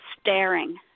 staring